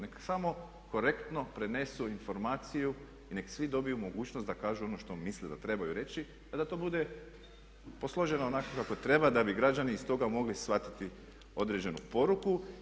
Nek' samo korektno prenesu informaciju i nek' svi dobiju mogućnost da kažu ono što misle da treba reći, pa da to bude posloženo onako kako treba da bi građani iz toga mogli shvatiti određenu poruku.